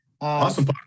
Awesome